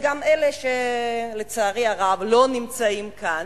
וגם אלה שלצערי הרב לא נמצאים כאן,